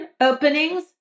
openings